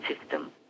system